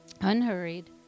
unhurried